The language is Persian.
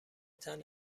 تنت